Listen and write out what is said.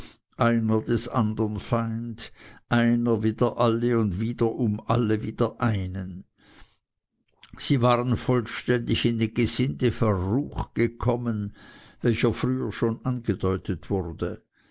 einer des andern feind einer wider alle und wiederum alle wider einen sie waren vollständig in den gesindeverruch gekommen welcher früher schon angedeutet wurde